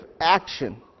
action